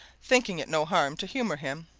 thinking it no harm to humour him.